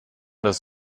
das